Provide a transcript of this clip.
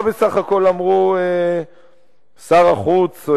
מה בסך הכול אמרו שר החוץ,